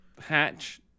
Hatch